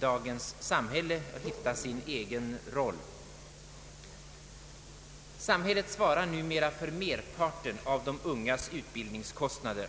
dagens samhälle och hitta sin egen stil. Samhället svarar numera för merparten av de ungas utbildningskostnader.